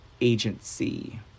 agency